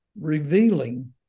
revealing